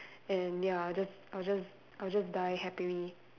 and ya I'll just I'll just I'll just die happily